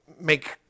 make